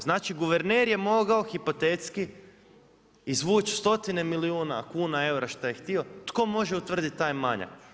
Znači guverner je mogao hipotetska, izvući 100 milijune kuna, eura, šta je htio, tko može utvrditi taj manjak.